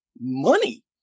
money